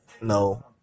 No